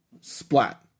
Splat